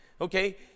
Okay